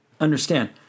Understand